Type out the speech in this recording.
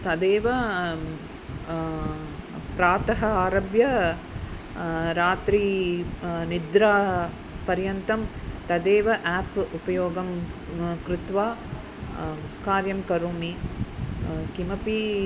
तदेव प्रातः आरभ्य रात्रिः निद्रापर्यन्तं तदेव एप् उपयोगं कृत्वा कार्यं करोमि किमपि